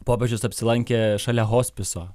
popiežius apsilankė šalia hospiso